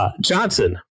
Johnson